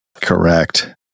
Correct